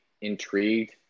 intrigued